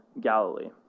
Galilee